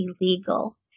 illegal